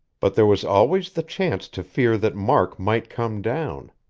but there was always the chance to fear that mark might come down.